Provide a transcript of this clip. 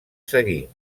seguir